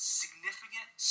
significant